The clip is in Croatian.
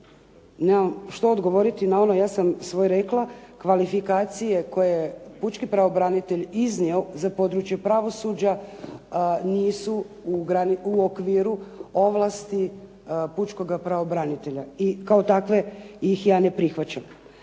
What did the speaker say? Nemam što odgovoriti na ovo ja sam svoje rekla, kvalifikacije koje je pučki pravobranitelj iznio za područje pravosuđa nisu u okviru ovlasti pučkoga pravobranitelja i kao takve ja ih ne prihvaćam.